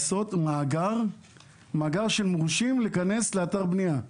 לעשות מאגר של מורשים להיכנס לאתר בנייה.